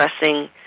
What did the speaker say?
addressing